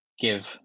give